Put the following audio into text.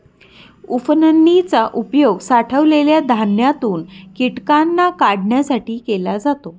उफणनी चा उपयोग साठवलेल्या धान्यातून कीटकांना काढण्यासाठी केला जातो